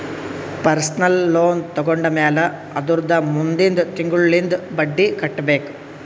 personal loan ತೊಂಡಮ್ಯಾಲ್ ಅದುರ್ದ ಮುಂದಿಂದ್ ತಿಂಗುಳ್ಲಿಂದ್ ಬಡ್ಡಿ ಕಟ್ಬೇಕ್